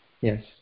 Yes